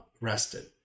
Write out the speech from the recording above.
rested